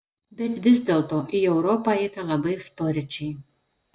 bet vis dėlto į europą eita labai sparčiai